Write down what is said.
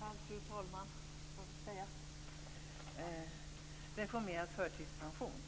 Herr talman! Vi debatterar nu reformerad förtidspension.